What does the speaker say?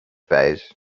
vase